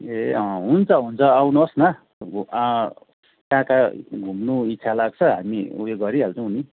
ए अँ हुन्छ हुन्छ आउनुहोस् न कहाँ कहाँ घुम्नु इच्छा लाग्छ हामी उयो गरिहाल्छौंँ नि